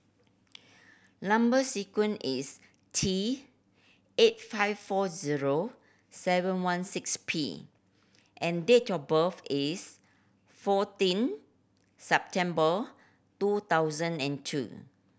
number sequence is T eight five four zero seven one six P and date of birth is fourteen September two thousand and two